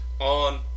on